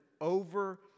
over